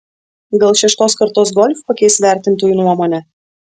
gal šeštos kartos golf pakeis vertintojų nuomonę